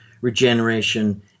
regeneration